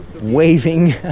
waving